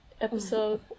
episode